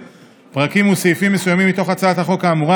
פרקים וסעיפים מסוימים מתוך הצעת החוק האמורה,